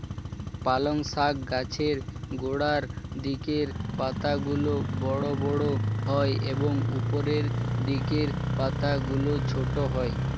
পালং শাক গাছের গোড়ার দিকের পাতাগুলো বড় বড় হয় এবং উপরের দিকের পাতাগুলো ছোট হয়